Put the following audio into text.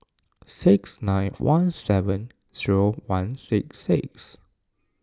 six nine one seven zero one six six